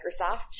Microsoft